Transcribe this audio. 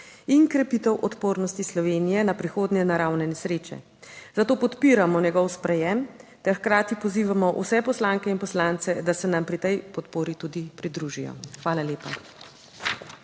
in krepitev odpornosti Slovenije na prihodnje naravne nesreče, zato podpiramo njegovo sprejetje ter hkrati pozivamo vse poslanke in poslance, da se nam pri tej podpori tudi pridružijo. Hvala lepa.